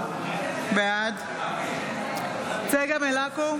בעד צגה מלקו,